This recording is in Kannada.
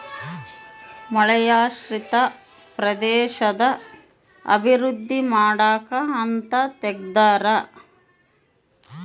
ಮಳೆಯಾಶ್ರಿತ ಪ್ರದೇಶದ ಅಭಿವೃದ್ಧಿ ಮಾಡಕ ಅಂತ ತೆಗ್ದಾರ